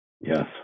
Yes